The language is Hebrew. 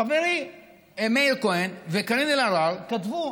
חברי מאיר כהן וקארין אלהרר כתבו,